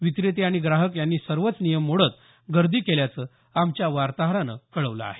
विक्रेते आणि ग्राहक यांनी सर्वच नियम मोडत गर्दी केल्याचं आमच्या वार्ताहरानं कळवलं आहे